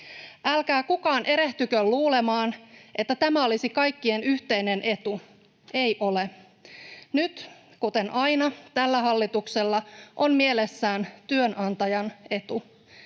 Älkää kukaan erehtykö luulemaan, että tämä olisi kaikkien yhteinen etu. Ei ole. Nyt, kuten aina, tällä hallituksella on mielessään työnantajan etu.